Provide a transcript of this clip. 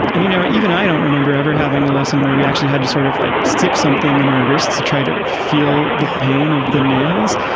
and you know, even i don't remember ever having a lesson where we actually had to sort of like stick something in our interests to try to feel the pain of the nails.